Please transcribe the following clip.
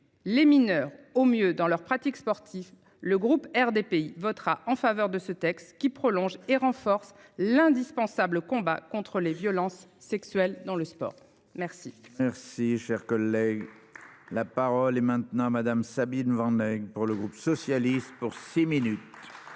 les mineurs au mieux dans leur pratique sportive. Le groupe RDPI votera en faveur de ce texte qui prolonge et renforce l'indispensable combat contre les violences sexuelles dans le sport. Merci. Si cher collègue. La parole est maintenant à madame Sabine Van pour le groupe socialiste pour six minutes.